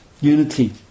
unity